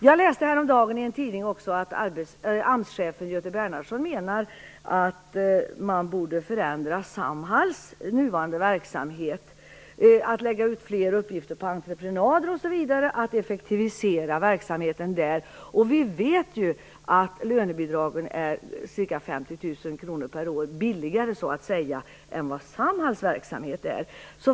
Jag läste häromdagen i en tidning att AMS-chefen Göte Bernhardsson menar att man borde förändra Samhalls nuvarande verksamhet, lägga ut fler uppgifter på entreprenad och effektivisera verksamheten. Vi vet ju att lönebidragen är ca 50 000 kr billigare per år än Samhalls verksamhet.